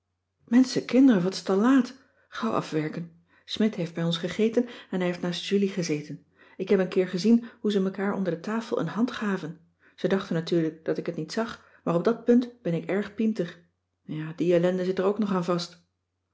menschenkinderen wat is het al laat gauw afwerken smidt heeft bij ons gegeten en hij heeft naast julie gezeten ik heb een keer gezien hoe ze mekaar onder de tafel een hand gaven ze dachten natuurlijk dat ik het niet zag maar op dat punt ben ik erg pienter ja die ellende zit er ook nog aan vast